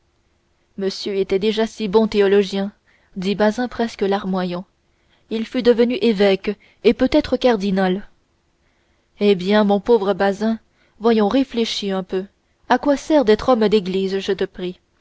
monsieur était déjà si bon théologien dit bazin presque larmoyant il fût devenu évêque et peut-être cardinal eh bien mon pauvre bazin voyons réfléchis un peu à quoi sert d'être homme d'église je te prie